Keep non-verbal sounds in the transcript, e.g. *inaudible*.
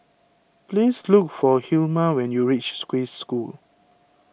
please look for Hilma when you reach *unintelligible* School